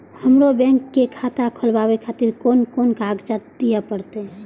हमरो बैंक के खाता खोलाबे खातिर कोन कोन कागजात दीये परतें?